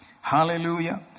Hallelujah